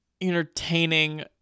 entertaining